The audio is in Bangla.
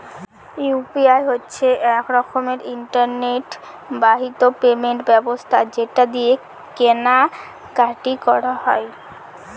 ইউ.পি.আই হচ্ছে এক রকমের ইন্টারনেট বাহিত পেমেন্ট ব্যবস্থা যেটা দিয়ে কেনা কাটি করা যায়